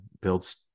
builds